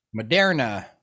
moderna